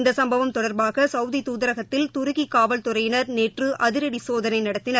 இந்த சம்பவம் தொடா்பாக சவுதி துதரகத்தில் துருக்கி காவல்துறையினா் நேற்று அதிரடி சோதனை நடத்தின்